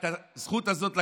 את הזכות הזאת לקחת.